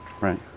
right